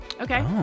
Okay